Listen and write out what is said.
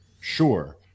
sure